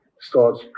starts